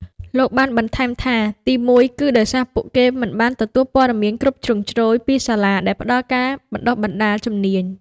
លោកបានបន្ថែមថា ទីមួយ គឺដោយសារពួកគេមិនបានទទួលព័ត៌មានគ្រប់ជ្រុងជ្រោយពីសាលាដែលផ្តល់ការបណ្តុះបណ្តាលជំនាញ។